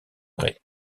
prés